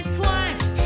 twice